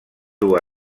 dur